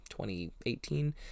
2018